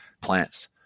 Plants